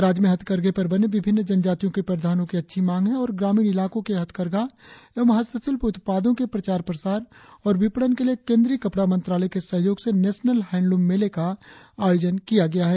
राज्य में हथकरधे पर बने विभिन्न जनजातियों के परिधानों की अच्छी मांग है और ग्रामीण इलाकों के हथकरघा एवं हस्तशिल्प उत्पादों के प्रचार प्रसार और विपणन के लिए केंद्रीय कपड़ा मंत्रालय के सहयोग से नेशनल हैडलूम मेले का आयोजन किया गया है